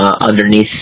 underneath